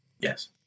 yes